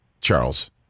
Charles